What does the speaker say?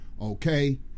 okay